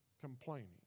complaining